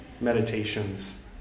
meditations